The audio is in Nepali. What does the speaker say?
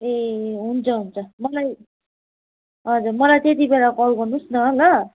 ए हुन्छ हुन्छ मलाई हजुर मलाई त्यति बेला कल गर्नु होस् न ल